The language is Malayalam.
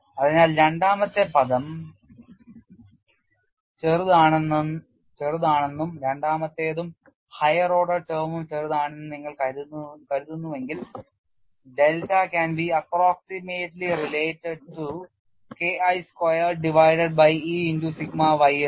അതിനാൽ രണ്ടാമത്തെ പദം ചെറുതാണെന്നും രണ്ടാമത്തേതും higher order term ഉം ചെറുതാണെന്ന് നിങ്ങൾ കരുതുന്നുവെങ്കിൽ delta can be approximately related to K I squared divided by E into sigma ys